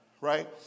right